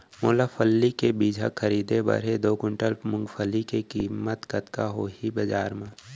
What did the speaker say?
मोला फल्ली के बीजहा खरीदे बर हे दो कुंटल मूंगफली के किम्मत कतका होही बजार म?